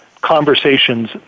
conversations